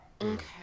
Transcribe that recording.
Okay